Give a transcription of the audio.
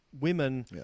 women